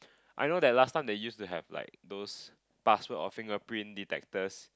I know that last time they used to have like those password or fingerprint detectors